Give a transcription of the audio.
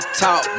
talk